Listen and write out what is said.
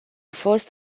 fost